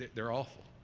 they are awful,